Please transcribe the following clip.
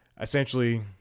Essentially